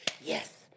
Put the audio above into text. yes